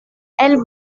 elle